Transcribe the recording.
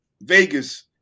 Vegas